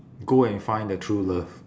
go and find the true love